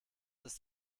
ist